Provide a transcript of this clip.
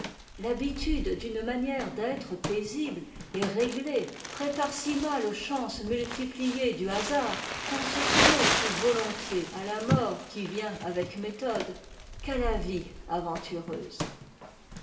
l'habitude d'une manière d'être paisible et réglée prépare si mal aux chances multipliées du hasard qu'on se soumet plus volontiers à la mort qui vient avec méthode qu'à la vie aventureuse